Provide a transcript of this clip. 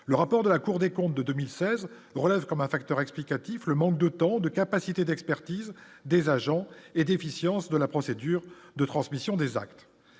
le rapport de la Cour des comptes de 2016 relève comme un facteur explicatif : le manque de temps de capacité d'expertise des agents et efficience de la procédure de transmission des actes